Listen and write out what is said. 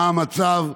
מה המצב?